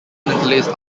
interlaced